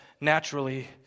naturally